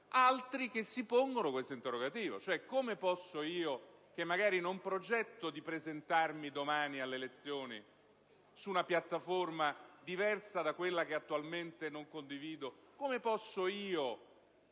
altre che si pongono questo interrogativo: come posso io, che non progetto di candidarmi domani alle elezioni su una piattaforma diversa da quella che attualmente non condivido, presentarmi